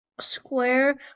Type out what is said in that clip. square